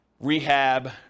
rehab